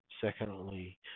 secondly